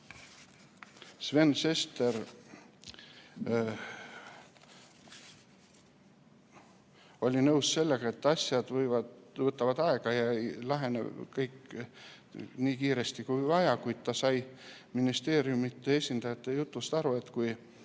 Sven Sester oli nõus sellega, et asjad võtavad aega ja kõik ei lahene nii kiiresti, kui on vaja, kuid ta sai ministeeriumide esindajate jutust aru, et kui